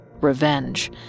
Revenge